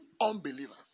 unbelievers